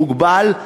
מוגבל,